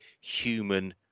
human